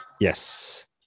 Yes